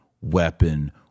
weapon